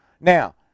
Now